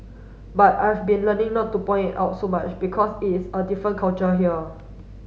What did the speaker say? but I've been learning not to point it out so much because it is a different culture here